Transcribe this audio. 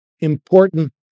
important